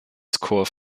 corps